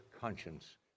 conscience